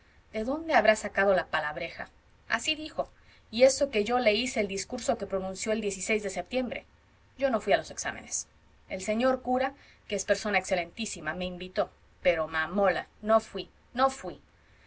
de dónde habrá sacado la palabreja así dijo y eso que yo le hice el discurso que pronunció el de septiembre yo no fuí a los exámenes el señor cura que es persona excelentísima me invitó pero mamola no fuí no fuí